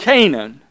Canaan